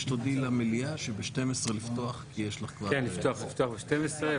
בהמשך לדברים של חברי חבר הכנסת גלעד קריב,